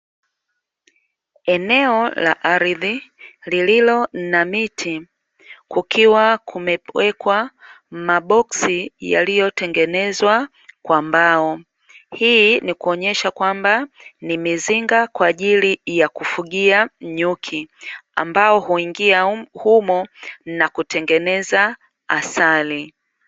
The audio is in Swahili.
Eneo la ardhi lililo na miti, kukiwa kumewekwa maboksi yaliyotengenezwa kwa mbao. Hii ni kuonyesha kwamba ni mizinga kwa ajili ya kufugia nyuki, ambao huingia humo na kutengeneza asali.